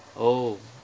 oh